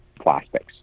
plastics